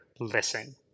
listen